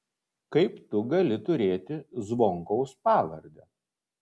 kaip tu gali turėti zvonkaus pavardę